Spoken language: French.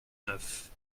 neuf